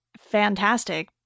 fantastic